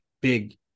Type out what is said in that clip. big